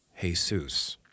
Jesus